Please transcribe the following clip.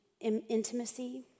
intimacy